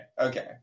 okay